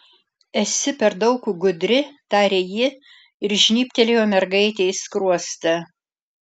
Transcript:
esi per daug gudri tarė ji ir žnybtelėjo mergaitei skruostą